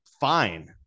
fine